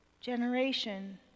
generation